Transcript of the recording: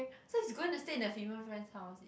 so he's gonna stay in the female friend's house if